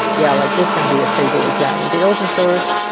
yeah, like this can be a stable api ah in the open source,